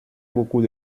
beaucoup